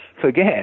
forget